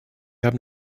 haben